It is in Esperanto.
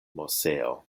moseo